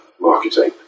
marketing